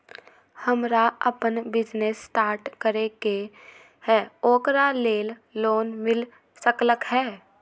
हमरा अपन business start करे के है ओकरा लेल लोन मिल सकलक ह?